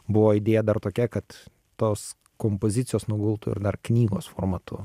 buvo idėja dar tokia kad tos kompozicijos nugultų ir dar knygos formatu